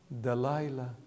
Delilah